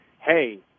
hey